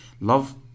love